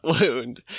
wound